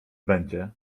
będzie